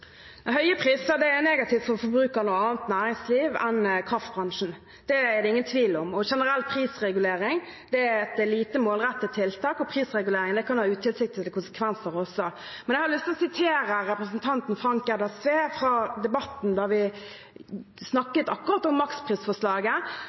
Høye priser er negativt for forbrukere og annet næringsliv enn kraftbransjen; det er det ingen tvil om. Generell prisregulering er et lite målrettet tiltak, og prisreguleringene kan også ha utilsiktede konsekvenser. Jeg har lyst til å referere fra Debatten, da vi snakket om maksprisforslaget og representanten Frank Edvard Sve sa: Vårt forslag er nøyaktig det samme som regjeringens forslag. Vi